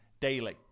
daily